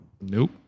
Nope